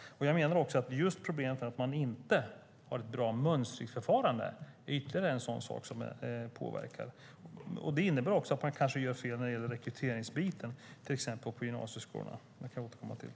Jag menar också att just problemet med att man inte har ett bra mönstringsförfarande är ytterligare en sak som påverkar. Det innebär också att man kanske gör fel när det gäller rekryteringsbiten till exempel på gymnasieskolan. Det kan jag återkomma till.